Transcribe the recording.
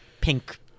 pink